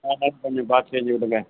அதனால் கொஞ்சம் பார்த்து செஞ்சு விடுங்க